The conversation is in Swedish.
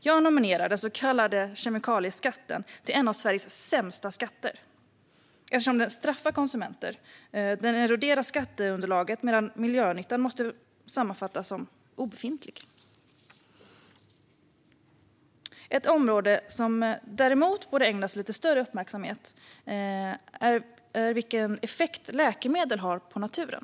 Jag nominerar den så kallade kemikalieskatten till en av Sveriges sämsta skatter eftersom den straffar konsumenter och eroderar skatteunderlaget samtidigt som dess miljönytta måste sammanfattas som obefintlig. Ett område som borde ägnas större uppmärksamhet är vilken effekt läkemedel har på naturen.